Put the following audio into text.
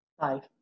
Life